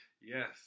Yes